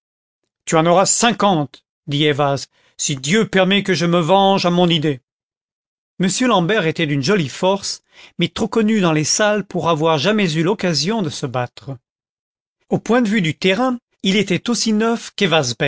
tu en auras cinquante dit ayvaz si dieu permet que je me venge à mon idée m l'ambert était d'une jolie force mais trop connu dans les salles pour avoir jamais eu occasion de se battre au point de vue du terrain il était aussi neuf